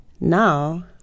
Now